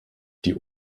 die